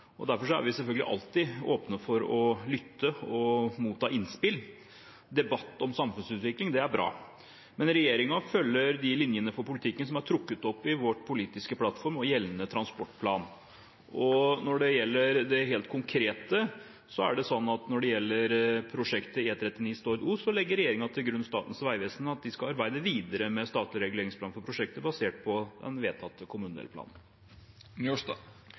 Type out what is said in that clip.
Derfor er vi selvfølgelig alltid åpne for å lytte og motta innspill. Debatt om samfunnsutvikling er bra, men regjeringen følger de linjene for politikken som er trukket opp i vår politiske plattform og gjeldende transportplan. Når det gjelder det helt konkrete prosjektet E39 Stord–Os, legger regjeringen til grunn at Statens vegvesen skal arbeide videre med statlig reguleringsplan for prosjektet basert på den vedtatte kommunedelplanen.